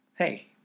Hey